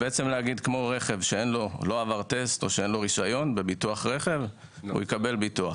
כמו שרכב שלא עבר טסט או שאין לו רישיון יקבל ביטוח.